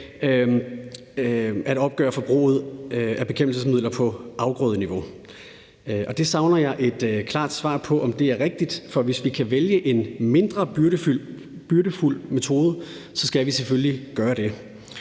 at opgøre forbruget af bekæmpelsesmidler på afgrødeniveau. Det savner jeg et klart svar på om er rigtigt, for hvis vi kan vælge en mindre byrdefuld metode, skal vi selvfølgelig gøre det.